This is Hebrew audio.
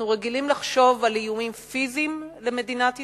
אנחנו רגילים לחשוב על איומים פיזיים על מדינת ישראל,